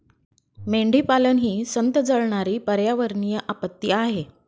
मेंढीपालन ही संथ जळणारी पर्यावरणीय आपत्ती आहे